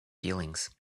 feelings